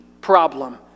problem